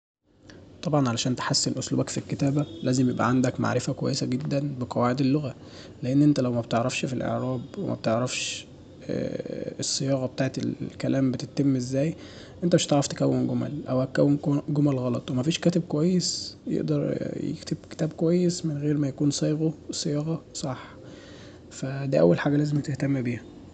طبعا علشان تحسن اسلوبك في الكتابة لازم يبقى عندكمعرفة كويسة جدا بقواعد اللغة لأن انت لو مبتعرفش في الاعراب ومبتعرفش الصياغة بتاعة الكلامبتتم ازاي انت مش هتعرف تكون جمل او هتكون جمل غلط ومفيش كاتب كويس يقدر يكتب كتاب كويس من غير مايكون صايغه صياغة صح فدي أول حاجة لازم تهتم بيها